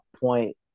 point